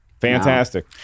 Fantastic